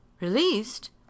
Released